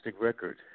record